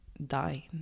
dying